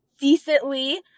decently